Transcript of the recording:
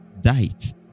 diet